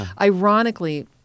Ironically